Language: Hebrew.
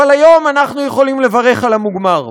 אבל היום אנחנו יכולים לברך על המוגמר,